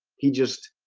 he just